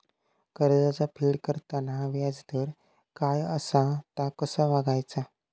कर्जाचा फेड करताना याजदर काय असा ता कसा बगायचा?